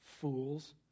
Fools